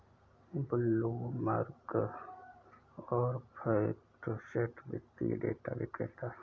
Bloomberg और FactSet वित्तीय data विक्रेता हैं